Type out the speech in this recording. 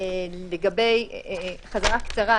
חזרה קצרה.